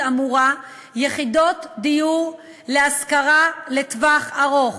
האמורה יהיו יחידות דיור להשכרה לטווח ארוך: